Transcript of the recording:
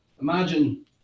imagine